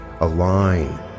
align